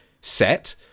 set